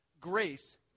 grace